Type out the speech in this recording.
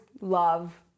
love